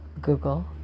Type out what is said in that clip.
Google